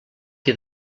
qui